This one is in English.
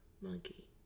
Monkey